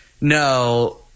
no